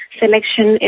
selection